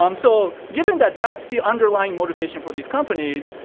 um so, given that that's the underlying motivation for these companies,